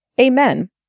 Amen